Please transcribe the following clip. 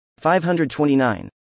529